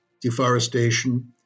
deforestation